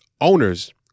owners